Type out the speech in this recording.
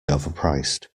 overpriced